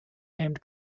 named